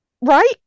right